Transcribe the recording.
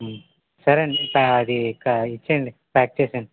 సరే అండీ సా అది క ఇచ్చేయండి ప్యాక్ చేసేండి